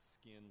skin